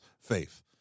faith